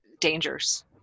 dangers